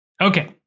Okay